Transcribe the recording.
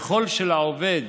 ככל שלעובד